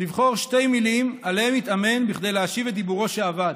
לבחור שתי מילים שבהן יתאמן כדי להשיב את דיבורו שאבד,